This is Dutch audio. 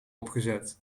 opgezet